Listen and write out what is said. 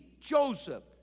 Joseph